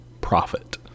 profit